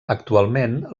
actualment